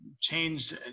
change